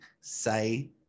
say